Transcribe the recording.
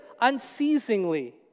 unceasingly